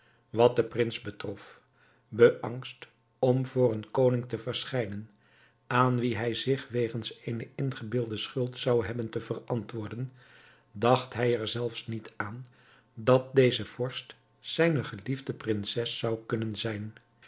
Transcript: wat den prins betrof beangst om voor een koning te verschijnen aan wien hij zich wegens eene ingebeelde schuld zou hebben te verantwoorden dacht hij er zelfs niet aan dat deze vorst zijne geliefde prinses zou kunnen zijn